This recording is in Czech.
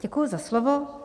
Děkuji za slovo.